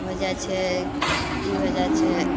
होइ जाइ छै की होइ जाइ छै